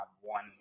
one